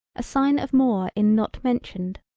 a sign of more in not mentioned.